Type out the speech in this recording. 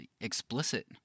explicit